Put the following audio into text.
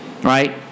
right